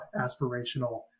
aspirational